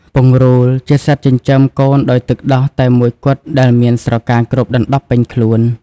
ពង្រូលជាសត្វចិញ្ចឹមកូនដោយទឹកដោះតែមួយគត់ដែលមានស្រកាគ្របដណ្ដប់ពេញខ្លួន។